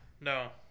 No